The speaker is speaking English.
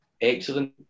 Excellent